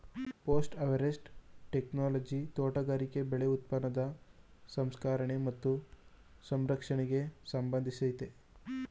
post harvest technology ತೋಟಗಾರಿಕೆ ಬೆಳೆ ಉತ್ಪನ್ನದ ಸಂಸ್ಕರಣೆ ಮತ್ತು ಸಂರಕ್ಷಣೆಗೆ ಸಂಬಂಧಿಸಯ್ತೆ